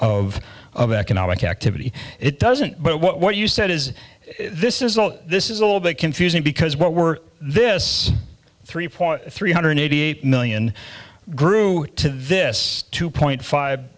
of of economic activity it doesn't but what you said is this is all this is a little bit confusing because what we're this three point three hundred eighty eight million grew to this two point five